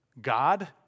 God